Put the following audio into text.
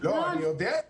לא, אני יודע את זה,